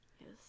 yes